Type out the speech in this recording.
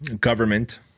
government